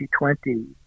2020